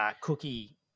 Cookie